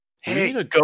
Hey